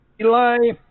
Eli